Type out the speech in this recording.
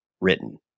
written